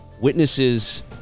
witnesses